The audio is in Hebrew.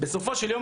ובסופו של יום,